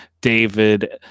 David